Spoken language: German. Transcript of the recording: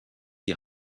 die